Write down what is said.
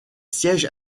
sièges